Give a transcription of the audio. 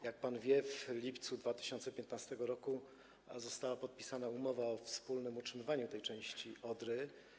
Jak pan wie, w lipcu 2015 r. została podpisana umowa o wspólnym utrzymywaniu tej części Odry.